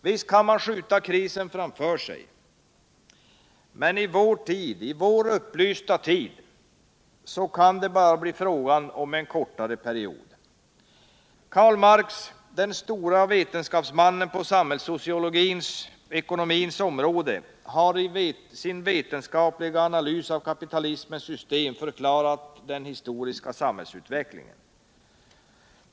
Visst kan man skjuta krisen framför sig, men i vår upplysta tid kan det bara bli fråga om en kortare period. Karl Marx, den store vetenskapsmannen på samhällssociologins och ekonomins område, har i sin vetenskapliga analys av kapitalismens system förklarat den historiska samhällsutvecklingen.